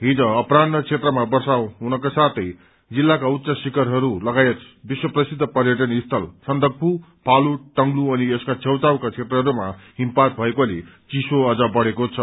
हिज अपह्रान्ह क्षेत्रमा वर्षा हुनुकासाँथै जिल्लाका उच्च शिखरहरू लगायत विश्वप्रसिद्ध पर्यटन स्थल सन्दकफू फालूट अनि यसका छेउछाउका क्षेत्रहरूमा हिमपात भएकोले चिसो अझ बढ़ेको छ